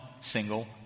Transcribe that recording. single